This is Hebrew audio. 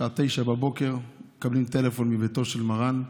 בשעה 09:00, מקבלים טלפון מביתו של מרן,